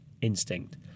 instinct